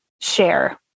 share